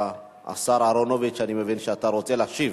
השר אהרונוביץ, אני מבין שאתה רוצה להשיב.